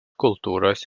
kultūros